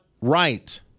right